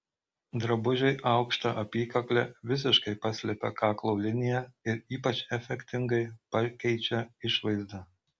drabužiai aukšta apykakle visiškai paslepia kaklo liniją ir ypač efektingai pakeičia išvaizdą